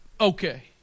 okay